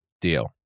deal